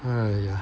!aiya!